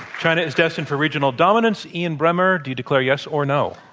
china is destined for regional dominance, ian bremmer, do you declare yes, or no?